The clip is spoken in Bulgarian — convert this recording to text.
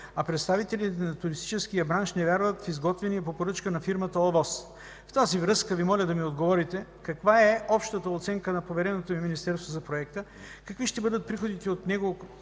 а представителите на туристическия бранш не вярват в изготвения по поръчка на фирмата ОВОС. В тази връзка Ви моля да ми отговорите каква е общата оценка на повереното Ви министерство за проекта, какви ще бъдат приходите от неговите